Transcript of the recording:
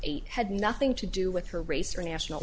eight hundred nothing to do with her race or national